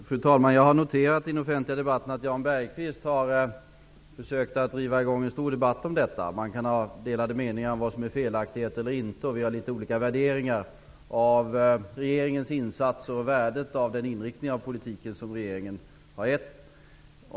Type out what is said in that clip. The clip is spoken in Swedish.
Fru talman! Jag har noterat att Jan Bergqvist i den offentliga debatten har försökt att dra i gång en stor debatt om detta. Man kan ha delade meningar om vad som är felaktighet eller inte. Vi har litet olika värderingar av regeringens insatser och av värdet av den inriktning som regeringen har gett politiken.